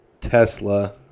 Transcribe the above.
Tesla